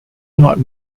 not